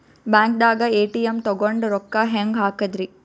ಬ್ಯಾಂಕ್ದಾಗ ಎ.ಟಿ.ಎಂ ತಗೊಂಡ್ ರೊಕ್ಕ ಹೆಂಗ್ ಹಾಕದ್ರಿ?